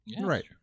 Right